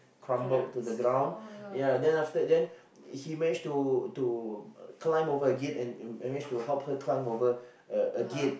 crumbled to the ground ya then after that then he managed to to climb over again and managed to help her climb over uh again